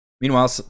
Meanwhile